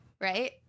right